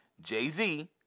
Jay-Z